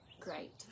great